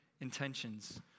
intentions